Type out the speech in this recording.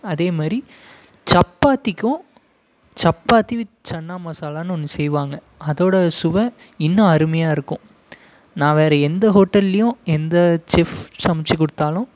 அதேமாதிரி சப்பாத்திக்கும் சப்பாத்தி வித் சன்னா மசாலான்னு ஒன்று செய்வாங்க அதோட சுவை இன்னும் அருமையாக இருக்கும் நான் வேறு எந்த ஹோட்டல்லையும் எந்த செஃப் சமைச்சு கொடுத்தாலும்